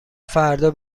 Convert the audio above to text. فردا